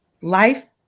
life